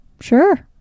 Sure